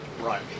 Right